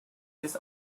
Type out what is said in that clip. this